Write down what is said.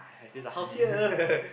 is a house here